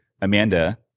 Amanda